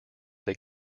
they